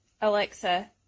Alexa